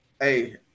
hey